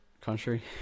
country